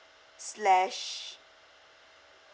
slash